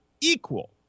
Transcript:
equal